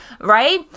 Right